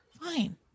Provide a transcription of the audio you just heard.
Fine